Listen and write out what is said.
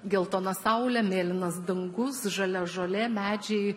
geltona saulė mėlynas dangus žalia žolė medžiai